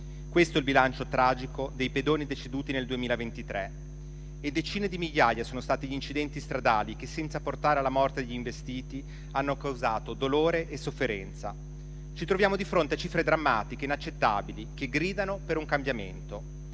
Questo è il bilancio tragico dei pedoni deceduti nel 2023 e decine di migliaia sono stati gli incidenti stradali che, senza portare alla morte degli investiti, hanno causato dolore e sofferenza. Ci troviamo di fronte a cifre drammatiche e inaccettabili, che gridano per un cambiamento.